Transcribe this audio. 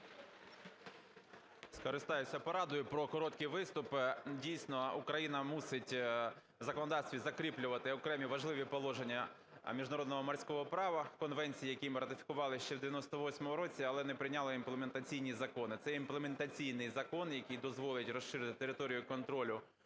Скористаюся порадою про короткі виступи. Дійсно, Україна мусить в законодавстві закріплювати окремі важливі положення міжнародного морського права, конвенції, які ми ратифікували ще в 1998 році, але не прийняли імплементаційні закони. Це імплементаційний закон, який дозволить розширити територію контролю